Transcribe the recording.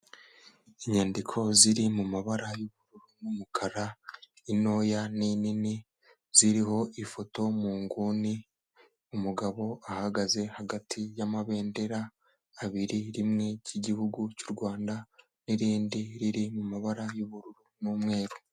Inyandiko ziri mu mabara y'ubururu n'umukara, intoya n'inini, ziriho ifoto mu nguni, umugabo ahagaze hagati y'amabendera abiri, rimwe ry'Igihugu cy'u Rwanda n'irindi riri mu mabara y'ubururu n'umweru.